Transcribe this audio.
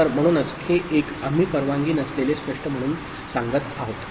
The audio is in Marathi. तर म्हणूनच हे 1 आम्ही परवानगी नसलेले स्पष्ट म्हणून सांगत आहोत